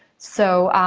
so,